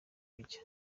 kujya